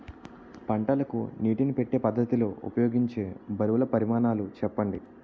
పంటలకు నీటినీ పెట్టే పద్ధతి లో ఉపయోగించే బరువుల పరిమాణాలు చెప్పండి?